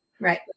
right